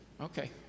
Okay